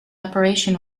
operation